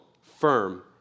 firm